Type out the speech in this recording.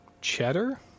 cheddar